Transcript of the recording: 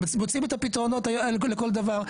מוצאים את הפתרונות לכל דבר.